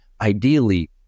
ideally